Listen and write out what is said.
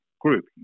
group